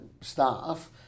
staff